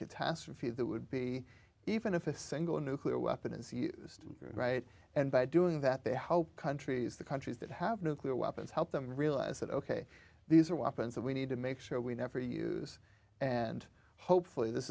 catastrophe that would be even if a single nuclear weapon is used right and by doing that they hope countries the countries that have nuclear weapons help them realize that ok these are weapons that we need to make sure we never use and hopefully this